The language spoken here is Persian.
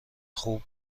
خوب